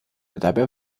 dabei